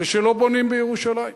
זה שלא בונים בירושלים.